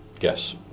Yes